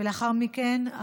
לאחר מכן,